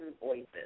voices